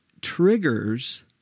triggers